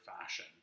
fashion